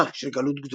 קיומה של גלות גדולה,